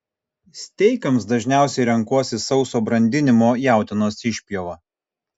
steikams dažniausiai renkuosi sauso brandinimo jautienos išpjovą